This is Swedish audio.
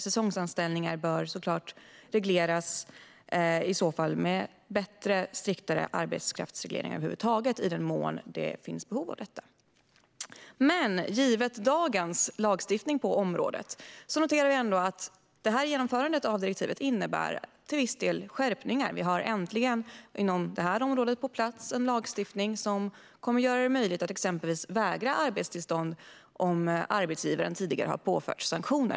Säsongsanställningar bör såklart regleras med bättre och striktare arbetskraftsreglering över huvud taget i den mån det finns behov av detta. Men givet dagens lagstiftning på området noterar vi att genomförandet av direktivet till viss del innebär skärpningar. Vi har äntligen en lagstiftning på plats på detta område som kommer att göra det möjligt att exempelvis vägra arbetstillstånd om arbetsgivaren tidigare har påförts sanktioner.